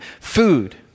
food